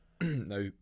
now